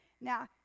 Now